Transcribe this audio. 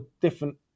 different